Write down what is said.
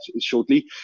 shortly